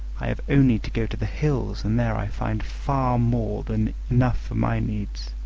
i have only to go to the hills and there i find far more than enough for my needs.